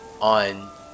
on